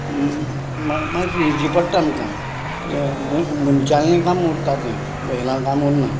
मा मातशें इजी पडटा आमकां किद्या म मनशागे काम उरता तें बैलां काम उन्ना